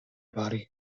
body